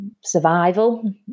survival